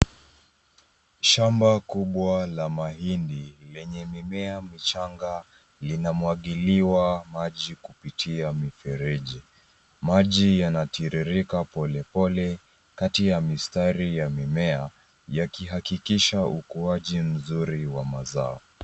Shamba kubwa la mahindi lenye mimea michanga linamwagiliwa maji kupitia mifereji. Maji yanatiririka polepole kati ya mistari ya mimea yakihakikisha ukuaji mzuri wa mazao.